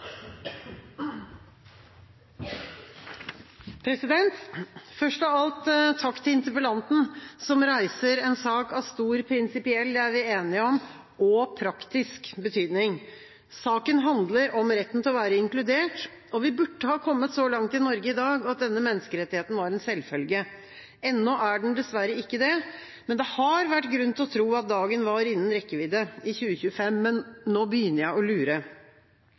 Først av alt: Takk til interpellanten som reiser en sak av stor prinsipiell – det er vi enige om – og praktisk betydning. Saken handler om retten til å være inkludert. Vi burde ha kommet så langt i Norge i dag at denne menneskerettigheten var en selvfølge. Ennå er den dessverre ikke det, men det har vært grunn til å tro at dagen var innen rekkevidde – i 2025 – men nå begynner jeg å lure.